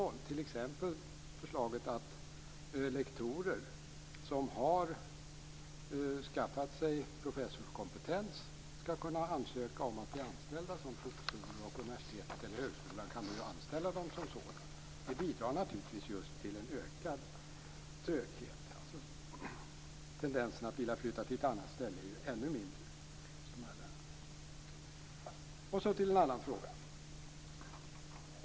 Det gäller t.ex. förslaget att lektorer som har skaffat sig professorskompetens skall kunna ansöka om att bli anställda som professorer. Universitetet eller högskolan kan då anställa dem som sådana. Detta bidrar naturligtvis till en ökad tröghet. Tendensen att vilja flytta till ett annat ställe blir ju ännu mindre hos de här lärarna. Jag skall också ta upp en annan fråga.